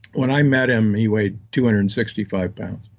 when i met him, he weighed two hundred and sixty five pounds